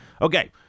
okay